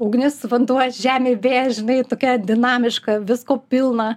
ugnis vanduo žemė vėjas žinai tokia dinamiška visko pilna